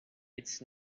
it’s